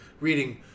reading